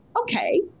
okay